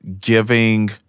giving